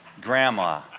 Grandma